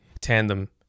tandem